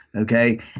okay